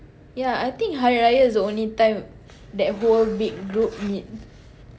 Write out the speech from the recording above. ya I think hari raya is the only time that whole big group meet